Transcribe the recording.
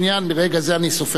מרגע זה אני סופר שלוש דקות.